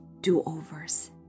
do-overs